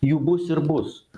jų bus ir bus